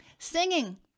Singing